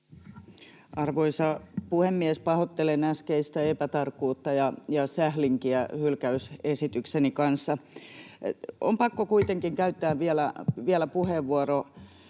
Arvoisa puhemies! Pahoittelen äskeistä epätarkkuutta ja sählinkiä hylkäysesitykseni kanssa. On pakko kuitenkin käyttää vielä puheenvuoro